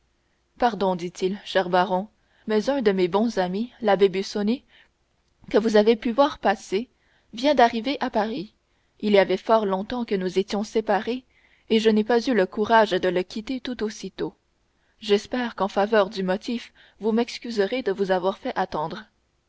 pardon dit-il cher baron mais un de mes bons amis l'abbé busoni que vous avez pu voir passer vient d'arriver à paris il y avait fort longtemps que nous étions séparés et je n'ai pas eu le courage de le quitter tout aussitôt j'espère qu'en faveur du motif vous m'excuserez de vous avoir fait attendre